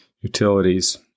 utilities